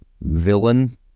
villain